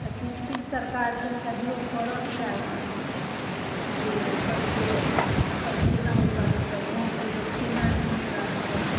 तऽ किछु किछु सरकारके सहयोग करयके चाही जे सभके फसल केना उपजतै गामके लोक केना नीक रहतै